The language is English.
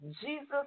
Jesus